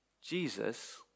Jesus